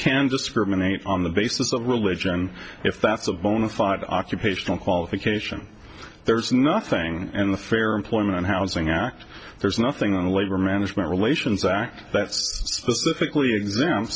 can discriminate on the basis of religion if that's a bona fide occupational qualification there is nothing in the fair employment and housing act there's nothing on labor management relation